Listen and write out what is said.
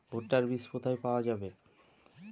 ভুট্টার বিজ কোথায় পাওয়া যাবে?